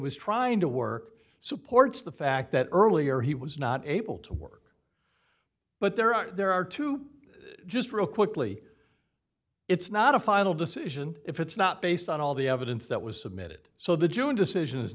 was trying to work supports the fact that earlier he was not able to work but there are there are two just real quickly it's not a final decision if it's not based on all the evidence that was submitted so the june decision is